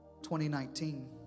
2019